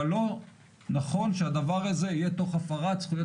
אבל לא נכון שהדבר הזה יהיה תוך הפרת זכויות